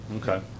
Okay